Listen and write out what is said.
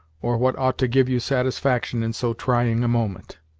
or what ought to give you satisfaction in so trying a moment.